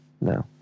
No